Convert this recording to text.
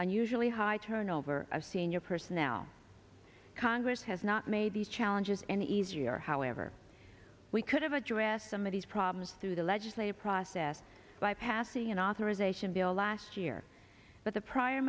unusually high turnover of senior personnel congress has not made the challenges any easier however we could have addressed some of these problems through the legislative process by passing an authorization bill last year but the prior